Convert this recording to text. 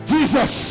Jesus